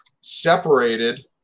separated